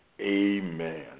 amen